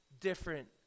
different